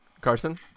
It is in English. Carson